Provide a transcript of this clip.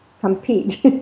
compete